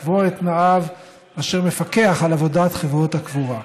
לקבוע את תנאיו ואשר מפקח על עבודת חברות הקבורה.